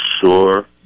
sure